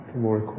more